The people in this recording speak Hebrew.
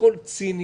הכול ציני,